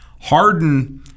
Harden